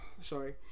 sorry